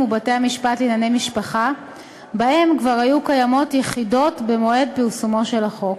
ובתי-המשפט לענייני משפחה שבהם כבר היו קיימות יחידות במועד פרסומו של החוק.